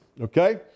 okay